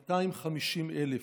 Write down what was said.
250,000,